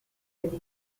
with